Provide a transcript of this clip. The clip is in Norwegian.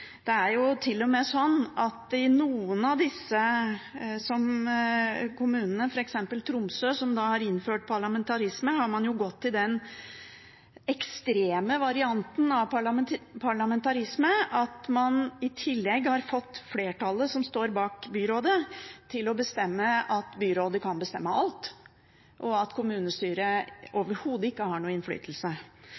sånn at i noen av disse kommunene – f.eks. Tromsø – som har innført parlamentarisme, har man gått til den ekstreme varianten av parlamentarisme hvor man i tillegg har fått flertallet som står bak byrådet, til å bestemme at byrådet kan bestemme alt, og at kommunestyret overhodet ikke har noen innflytelse.